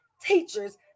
teachers